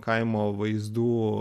kaimo vaizdų